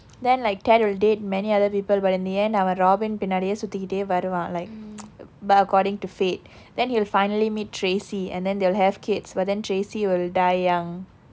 then like ted will date many other people but in the end அவன்:avan robin பின்னாடியே சுத்திக்கிட்டே வருவான்:pinnadiye suthikitte varuvaan like but according to fate then he'll finally meet tracy and then they will have kids but then tracy will die young